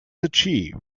achieved